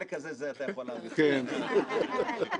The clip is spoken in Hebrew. אל תתרגשו מהתגובה של בנק ישראל.